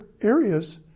areas